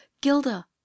gilda